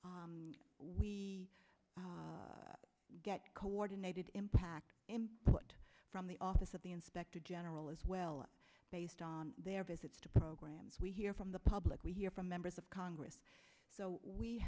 we get coordinated impact put from the office of the inspector general as well as based on their visits to programs we hear from the public we hear from members of congress so we